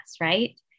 right